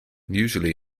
usually